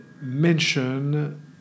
mention